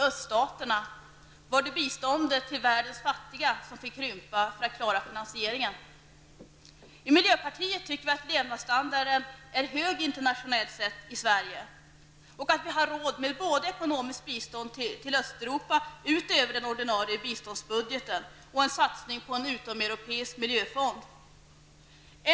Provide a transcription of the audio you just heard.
Öststaterna var det biståndet till världens fattiga som fick krympa för att klara finansieringen. I miljöpartiet tycker vi att levnadsstandarden i Sverige är hög internationellt sett och att vi har råd med både ekonomiskt bistånd till Östeuropa, utöver den ordinarie biståndsbudgeten, och en satsning på en utomeuropeisk miljöfond.